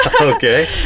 Okay